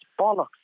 bollocks